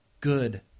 good